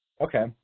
Okay